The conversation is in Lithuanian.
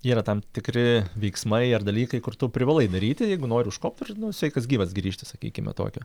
yra tam tikri veiksmai ar dalykai kur tu privalai daryti jeigu nori užkopt ir sveikas gyvas grįžti sakykime tokio